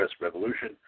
Revolution